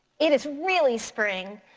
it is really spring.